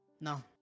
No